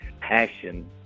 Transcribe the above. passion